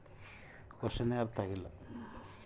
ಊರುಗೋಲು ಎಂದ್ರ ನೈರ್ಮಲ್ಯದ ಕಾರಣಗಳಿಗಾಗಿ ಕುರಿಯ ಉಣ್ಣೆಯನ್ನ ತೆಗೆದು